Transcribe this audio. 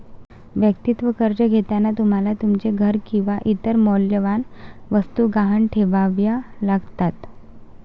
वैयक्तिक कर्ज घेताना तुम्हाला तुमचे घर किंवा इतर मौल्यवान वस्तू गहाण ठेवाव्या लागतात